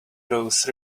those